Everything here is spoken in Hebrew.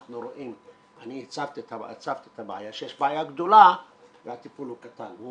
אני הצפתי את הבעיה שיש בעיה גדולה והטיפול הוא קטן.